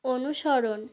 অনুসরণ